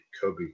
Kobe